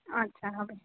আচ্ছা হবে